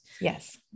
Yes